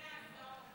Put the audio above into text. כולל ההסעות.